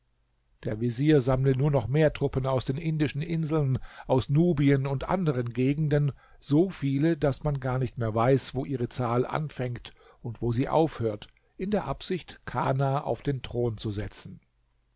der vezier sammle nur noch mehr truppen aus den indischen inseln aus nubien und anderen gegenden so viele daß man gar nicht mehr weiß wo ihre zahl anfängt und wo sie aufhört in der absicht kana auf den thron zu setzen